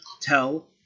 tell